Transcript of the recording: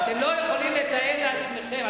אתם לא יכולים לתאר לעצמכם,